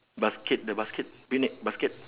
basket the basket picnic basket